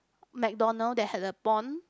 McDonald's that has a pond